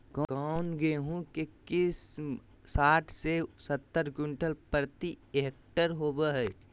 कौन गेंहू के किस्म साठ से सत्तर क्विंटल प्रति हेक्टेयर होबो हाय?